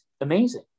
amazing